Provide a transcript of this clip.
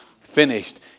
finished